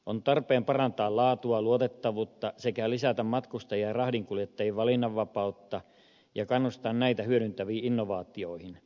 on tarpeen parantaa laatua ja luotettavuutta sekä lisätä matkustajien ja rahdinkuljettajien valinnanvapautta ja kannustaa näitä hyödyttäviin innovaatioihin